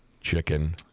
chicken